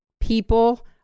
people